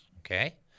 okay